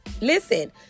Listen